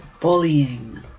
bullying